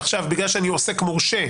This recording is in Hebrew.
בגלל שאני עכשיו עוסק מורשה,